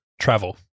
travel